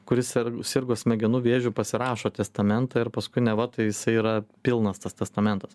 kuris sirgo smegenų vėžiu pasirašo testamentą ir paskui neva tai jisai yra pilnas tas testamentas